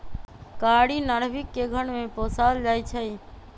कारी नार्भिक के घर में पोशाल जाइ छइ